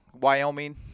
Wyoming